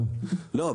לא,